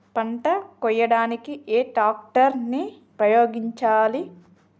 పంట కోయడానికి ఏ ట్రాక్టర్ ని ఉపయోగించాలి?